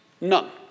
none